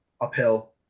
uphill